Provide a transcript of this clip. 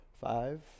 Five